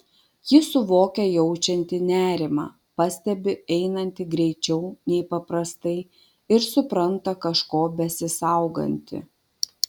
ji suvokia jaučianti nerimą pastebi einanti greičiau nei paprastai ir supranta kažko besisauganti